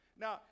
Now